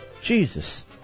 Jesus